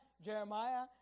Jeremiah